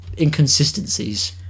inconsistencies